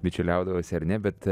bičiuliaudavosi ar ne bet